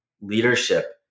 leadership